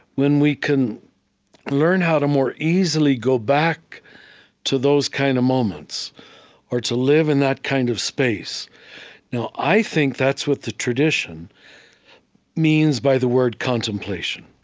when we can learn how to more easily go back to those kind of moments or to live in that kind of space now, i think that's what the tradition means by the word contemplation,